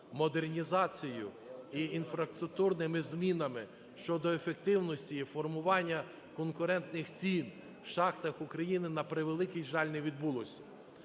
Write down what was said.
модернізації і з інфраструктурними змінами щодо ефективності і формування конкурентних цін в шахтах України, на превеликий жаль, не відбулось.